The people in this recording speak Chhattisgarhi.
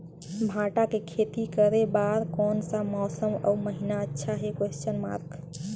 भांटा के खेती करे बार कोन सा मौसम अउ महीना अच्छा हे?